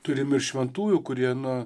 turime ir šventųjų kurie na